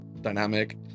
dynamic